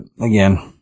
again